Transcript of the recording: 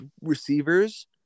receivers